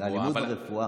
זה אלימות ברפואה.